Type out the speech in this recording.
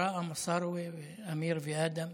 בראאה מסארווה ואמיר ואדם.